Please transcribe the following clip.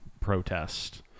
protest